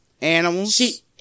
Animals